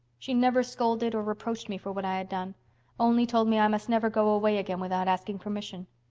she never scolded or reproached me for what i had done only told me i must never go away again without asking permission.